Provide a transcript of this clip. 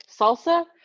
Salsa